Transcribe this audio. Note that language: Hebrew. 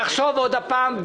תחשוב עוד פעם.